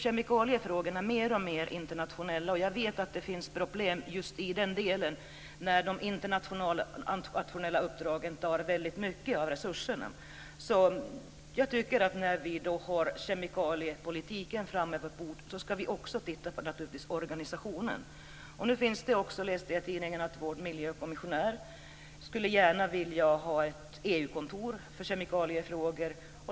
Kemikaliefrågorna blir mer och mer internationella, och jag vet att det blir problem när de internationella uppgifterna tar väldigt mycket av resurserna. När vi sedan har fått kemikaliepolitiken på bordet ska vi naturligtvis också titta på organisationen. Jag läste i tidningen att vår miljökommissionär gärna skulle vilja ha EU-kontor för kemikaliefrågor.